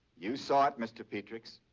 you saw it, mr. petrix.